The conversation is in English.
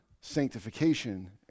sanctification